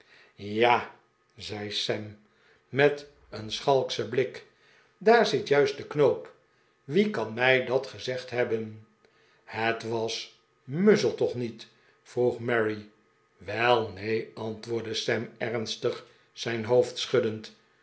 ja zei sam met een schalkschen blik daar zit juist de knoop wie kan mij dat gezegd hebben het was muzzle toch niet vroeg mary welneen antwoordde sam ernstig zijn hoofd schuddend